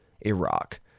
Iraq